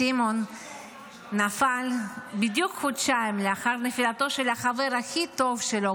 סימון נפל בדיוק חודשיים לאחר נפילתו של החבר הכי טוב שלו,